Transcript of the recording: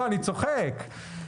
אני צוחק.